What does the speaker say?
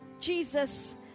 Jesus